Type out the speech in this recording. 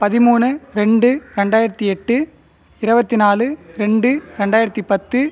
பதிமூணு ரெண்டு ரெண்டாயிரத்தி எட்டு இருபத்தி நாலு ரெண்டு ரெண்டாயிரத்தி பத்து